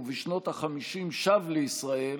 ובשנות החמישים שב לישראל